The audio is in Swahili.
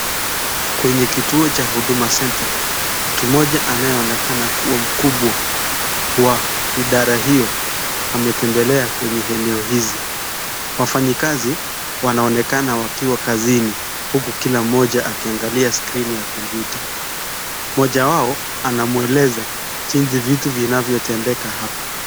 Kwenye kituo cha huduma Centre mtu mmoja anaonekana kuwa mkubwa wa idhara hiyo ametembelea kwenye eneo hizi . Wafanyikazi wanaonekana wakiwa kazini huku kila mmoja akiangalia kwa skrini ya kompyuta, mmoja wao anamweleza jinsi vitu vinavyo tendeka hapa.